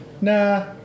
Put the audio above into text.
Nah